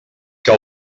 que